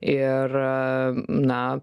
ir na